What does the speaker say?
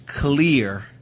clear